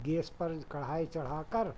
gas पर कढ़ाई चढ़ा कर